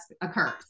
occurs